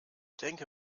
denke